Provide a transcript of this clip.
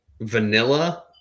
vanilla